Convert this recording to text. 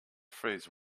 freeze